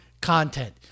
content